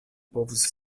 povus